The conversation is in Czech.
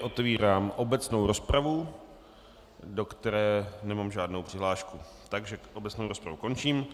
Otevírám obecnou rozpravu, do které nemám žádnou přihlášku, takže obecnou rozpravu končím.